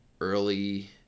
early